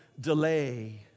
delay